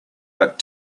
but